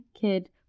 kid